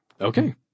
Okay